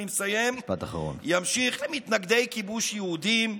ימשיך במתנגדי כיבוש יהודים,